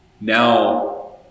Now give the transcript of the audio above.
now